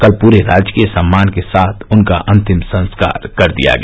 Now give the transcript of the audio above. कल पूरे राजकीय सम्मान के साथ उनका अन्तिम संस्कार कर दिया गया